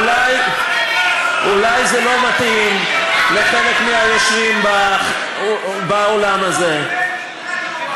אולי זה לא מתאים לחלק מהיושבים באולם הזה,